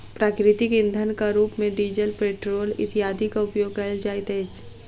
प्राकृतिक इंधनक रूप मे डीजल, पेट्रोल इत्यादिक उपयोग कयल जाइत अछि